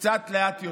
קצת יותר לאט,